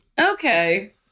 Okay